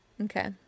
Okay